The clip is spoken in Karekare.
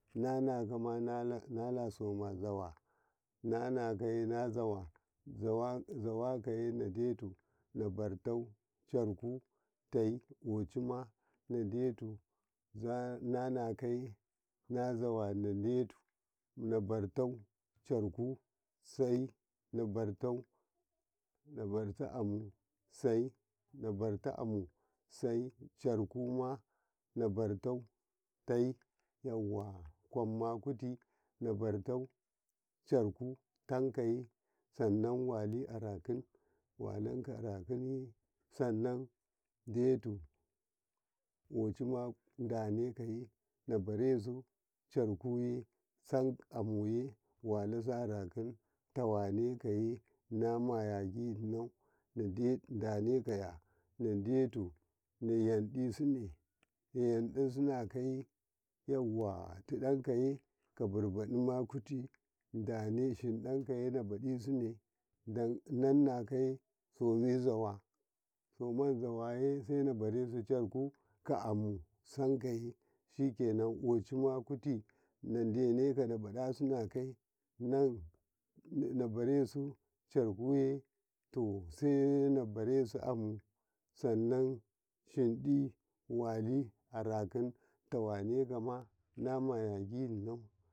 ﻿nannakaye nala soma zawa nannakaye nala soma zawa zawakaye nadeto nabartau carkuteyi ƙochima nadato nannakaye nazawa nadeto nabartau amu sai nabartau amu sai carkuma nabartau teyi to kwamma kuti nabato caraku teyi sanan wali arakin walika arakinye sanan detu kwam ma denekaye barasu carkuye sannan amuye walasarakinye tawanekaye namayagino denekaye nadeto nayaɗasine nayanɗasineno kaye yawa tidakaye kadibabiye danekaye shidakaye nabaɗisine da nannakaye somi zawa somazawaye sai nabarasu caraku ka amu sai saikayi ƙochima kuti nadeneko nabaɗase nakaye nabarasu carakuye to sai nabarsu amu sanan shiɗi abirakin tawa nekama namaya gi hinau.